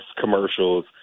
commercials